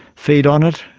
feed on it,